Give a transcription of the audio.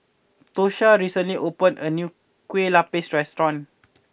Tosha recently opened a new Kueh Lupis restaurant